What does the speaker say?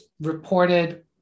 reported